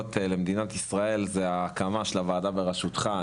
למדינת ישראל זו ההקמה של הוועדה בראשותך.